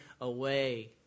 away